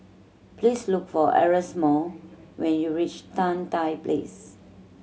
please look for Erasmo when you reach Tan Tye Place